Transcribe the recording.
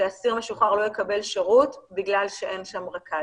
שאסיר משוחרר לא יקבל שירות בגלל שאין שם רכז.